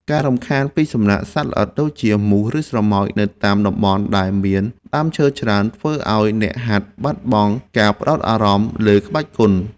ការរំខានពីសំណាក់សត្វល្អិតដូចជា មូស ឬស្រមោច នៅតាមតំបន់ដែលមានដើមឈើច្រើន ធ្វើឱ្យអ្នកហាត់បាត់បង់ការផ្ដោតអារម្មណ៍លើក្បាច់គុណ។